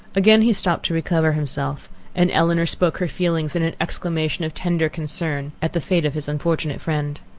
again he stopped to recover himself and elinor spoke her feelings in an exclamation of tender concern, at the fate of his unfortunate friend.